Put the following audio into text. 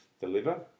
deliver